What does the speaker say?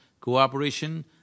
cooperation